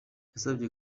yasabye